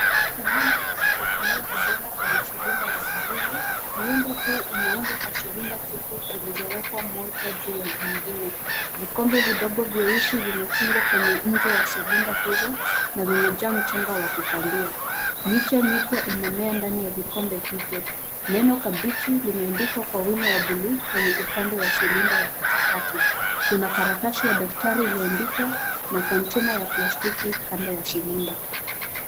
Kilimo kisichotumia udongo kwenye silinda ya kijivu. Muundo huu umeundwa kwa silinda tupu zilizowekwa moja juu ya nyingine. Vikombe vidogo vieusi vimefungwa kwenye ncha ya silinda hizo na vimejaa wa kupandia. Miche mipya inamea ndani ya vikombe hivyo. Neno kabeji limeandikwa kwa wino wa buluu kwenye upande wa silinda ya katikati. Kuna karatasi ya daftari iliyoandikwa na kontaina ya plastiki kando ya silinda.